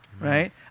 Right